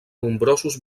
nombrosos